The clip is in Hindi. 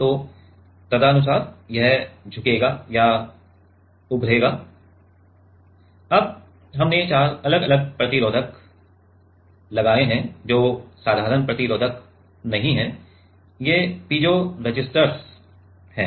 तो तदनुसार यह झुकेगा या उभरेगा अब हमने चार अलग अलग प्रतिरोधक लगाए हैं जो साधारण प्रतिरोधक नहीं हैं ये पीज़ोरेसिस्टर्स हैं